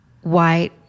white